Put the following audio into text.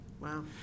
Wow